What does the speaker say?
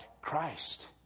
Christ